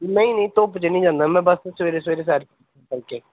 ਨਹੀਂ ਨਹੀਂ ਧੁੱਪ 'ਚ ਨਹੀਂ ਜਾਂਦਾ ਮੈਂ ਬਸ ਸਵੇਰੇ ਸਵੇਰੇ ਸੈਰ ਕਰਕੇ